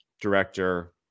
director